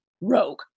rogue